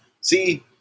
see